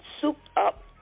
souped-up